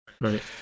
Right